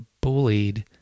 bullied